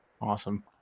Awesome